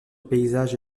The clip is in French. paysages